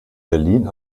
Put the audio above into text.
berlin